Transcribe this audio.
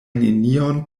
nenion